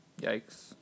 Yikes